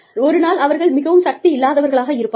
ஒரு நாள் அவர்கள் மிகவும் சக்தி இல்லாதவர்களாக இருப்பார்கள்